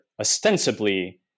ostensibly